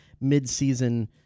mid-season